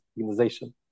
organization